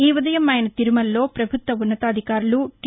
ఈ ఉదయం ఆయన తిరుమలలో పభుత్వ ఉన్నతాధికారులు టీ